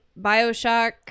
Bioshock